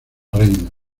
reina